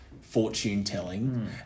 fortune-telling